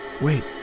Wait